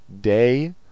day